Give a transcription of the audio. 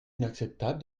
inacceptable